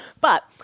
But-